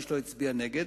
איש לא הצביע נגד,